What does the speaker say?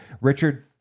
Richard